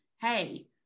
hey